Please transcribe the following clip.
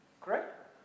Correct